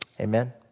Amen